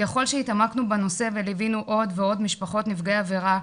ככל שהתעמקנו בנושא וליווינו עוד ועוד משפחות נפגעי עבירה,